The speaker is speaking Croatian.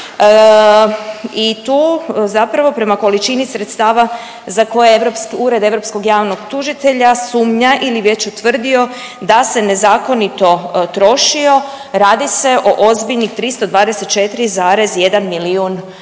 i tu zapravo prema količini sredstava za koje .../nerazumljivo/... Ured europskog javnog tužitelja sumnja ili je već utvrdio da se nezakonito trošio. Radi se o ozbiljnih 324,1 milijun